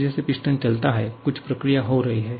जैसे जैसे पिस्टन चलता है कुछ प्रक्रिया हो रही है